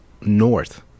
north